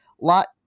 lot